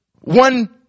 one